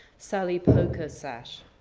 sally poker sash.